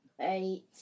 eight